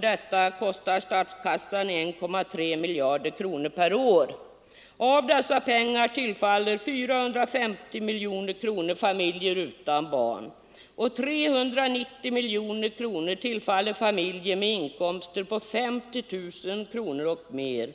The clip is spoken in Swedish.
Detta kostar statskassan 1,3 miljarder kronor per år. Av dessa pengar tillfaller 450 miljoner kronor familjer utan barn. 390 miljoner tillfaller familjer med inkomster på 50 000 kronor om året och mer.